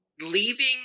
Leaving